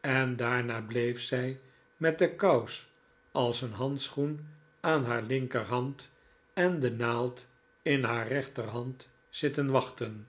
en daarna bleef zij met de kous als een handschoen aan haar linkerhand en de naald in haar rechterhand zitten wachten